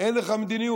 אין לך מדיניות.